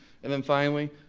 and then finally,